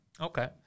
Okay